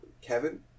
Kevin